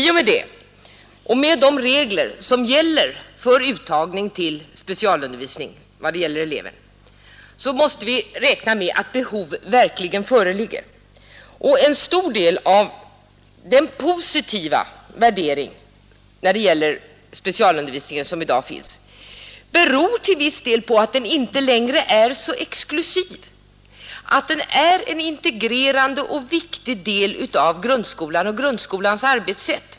Med de regler som gäller för uttagning till specialundervisning måste vi räkna med att behov verkligen föreligger. Den positiva värdering av specialundervisningen som i dag finns beror till viss del på att den inte längre är så exklusiv, att den är en integrerande och viktig del av grundskolan och dess arbetssätt.